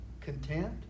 content